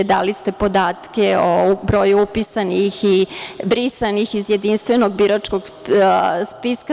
Dali ste podatke o broju upisanih i brisanih iz jedinstvenog biračkog spiska.